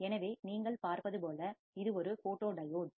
எனவே நீங்கள் பார்ப்பது போல இது ஒரு போட்டோடியோட்